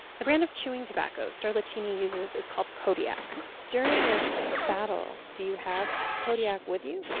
the brand of chewing tobacco sterlachini uses is called kodiak during this battle do you have kodiak with you?